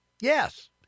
Yes